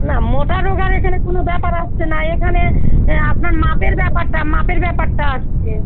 না মোটা রোগার এখানে কোনো ব্যাপার আসছে না এখানে আপনার মাপের ব্যাপারটা মাপের ব্যাপারটা আসছে